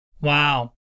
Wow